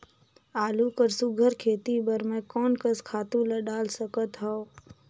आलू कर सुघ्घर खेती बर मैं कोन कस खातु ला डाल सकत हाव?